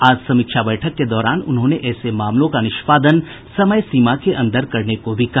आज समीक्षा बैठक के दौरान उन्होंने ऐसे मामलों का निष्पादन समय सीमा के अन्दर करने को भी कहा